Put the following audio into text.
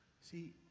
See